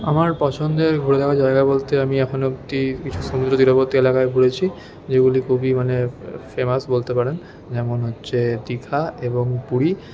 আমার পছন্দের ঘোরার জায়গা বলতে আমি এখনও অবদি কিছু সমুদ্র তীরবর্তী এলাকায় ঘুরেছি যেগুলি খুবই মানে ফেমাস বলতে পারেন যেমন হচ্ছে দীঘা এবং পুরী